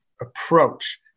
approach